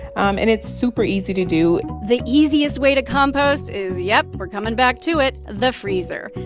um and it's super easy to do the easiest way to compost is yep, we're coming back to it the freezer.